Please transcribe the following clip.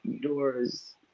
doors